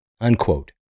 Unquote